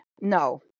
No